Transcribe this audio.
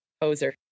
poser